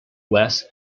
wes